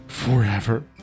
Forever